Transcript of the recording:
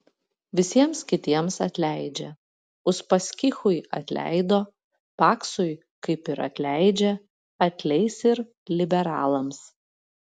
visiems kitiems atleidžia uspaskichui atleido paksui kaip ir atleidžia atleis ir liberalams